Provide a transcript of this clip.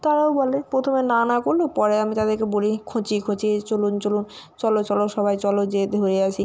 তারাও বলে প্রথমে না না করল পরে আমি তাদেরকে বলি খুঁচিয়ে খুঁচিয়ে চলুন চলুন চল চল সবাই চল যেয়ে ধরে আসি